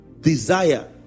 Desire